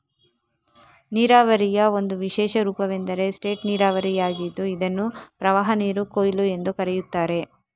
ನೀರಾವರಿಯ ಒಂದು ವಿಶೇಷ ರೂಪವೆಂದರೆ ಸ್ಪೇಟ್ ನೀರಾವರಿಯಾಗಿದ್ದು ಇದನ್ನು ಪ್ರವಾಹನೀರು ಕೊಯ್ಲು ಎಂದೂ ಕರೆಯುತ್ತಾರೆ